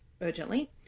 urgently